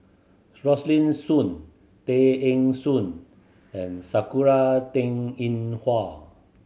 Rosaline Soon Tay Eng Soon and Sakura Teng Ying Hua